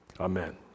Amen